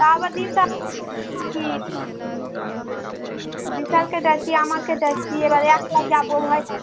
তা আবার দিশারও তো বিশালকে ডাকি আমানকে ডাকি এবার একলাই যাবো ভয় লাগছে